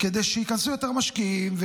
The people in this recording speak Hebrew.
כי שייכנסו יותר משקיעים,